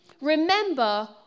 remember